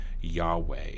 Yahweh